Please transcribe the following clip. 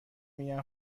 میگن